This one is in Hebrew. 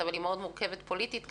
אבל היא מורכבת מאוד פוליטית כרגע,